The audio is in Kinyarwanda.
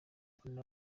mbona